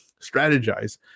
strategize